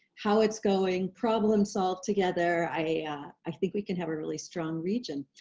how it's going, problem solve together, i i think we can have a really strong region.